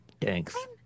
Thanks